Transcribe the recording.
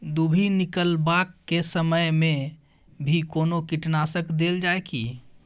दुभी निकलबाक के समय मे भी कोनो कीटनाशक देल जाय की?